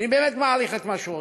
אני באמת מעריך את מה שהוא עושה.